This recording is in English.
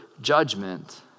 judgment